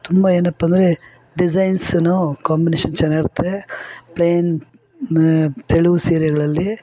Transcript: ತುಂಬ ಏನಪ್ಪಂದ್ರೆ ಡಿಸೈನ್ಸನು ಕಾಂಬಿನೇಶನ್ ಚೆನ್ನಾಗಿರ್ತದೆ ಪ್ಲೇನ್ ತೆಳು ಸೀರೆಗಳಲ್ಲಿ